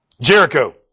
Jericho